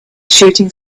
shooting